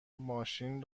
ماشین